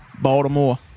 Baltimore